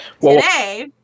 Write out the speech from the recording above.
today